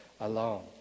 alone